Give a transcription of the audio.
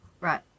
Right